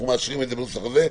אנחנו מאשרים את הנוסח הזה.